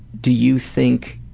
do you think,